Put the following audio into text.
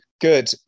Good